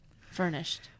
furnished